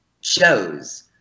shows